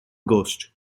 ghost